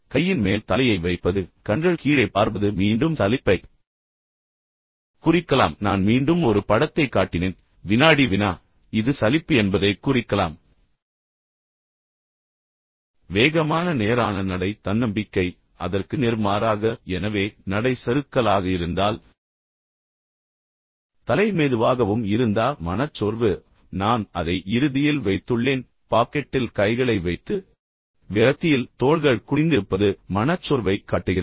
கையின் மேல் தலையை வைப்பது கண்கள் கீழே பார்பது மீண்டும் சலிப்பைக் குறிக்கலாம் நான் மீண்டும் ஒரு படத்தைக் காட்டினேன் எனவே வினாடி வினா எனவே இது சலிப்பு என்பதைக் குறிக்கலாம் வேகமான நேரான நடை தன்னம்பிக்கை அதற்கு நேர்மாறாக எனவே நடை சறுக்கலாக இருந்தால் பின்னர் தலை மெதுவாகவும் இருந்தா மனச்சோர்வு நான் அதை இறுதியில் வைத்துள்ளேன் பாக்கெட்டில் கைகளை வைத்து விரக்தியில் தோள்கள் குனிந்திருப்பது மனச்சோர்வை காட்டுகிறது